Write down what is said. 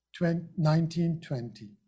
1920